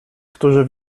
którzy